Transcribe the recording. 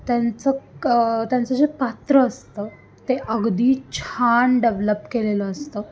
त्यांचं क त्यांचं जे पात्र असतं ते अगदी छान डेव्हलप केलेलं असतं